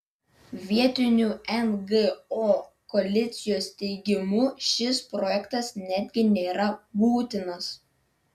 vietinių ngo koalicijos teigimu šis projektas netgi nėra būtinas